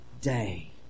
day